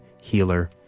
healer